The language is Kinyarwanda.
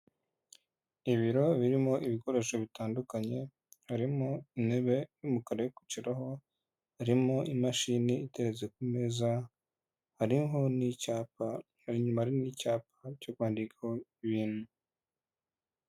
Ibiro birimo ibikoresho bitandukanye, harimo intebe y'umukara yo kwicaraho, harimo imashini iteretse ku meza, hariho n'icyapa. Inyuma hariho n'icyapa cyo kwandikaho ibintu.